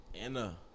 Anna